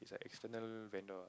the external vendor